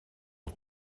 het